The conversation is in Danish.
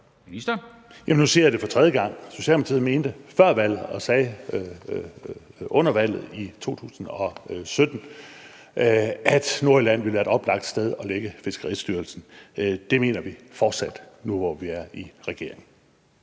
Jensen): Nu siger jeg det så for tredje gang: Socialdemokratiet mente før valget og sagde under valget, i 2017, at Nordjylland ville være et oplagt sted at placere Fiskeristyrelsen. Det mener vi fortsat nu, hvor vi er i regering.